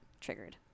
triggered